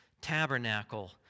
tabernacle